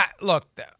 look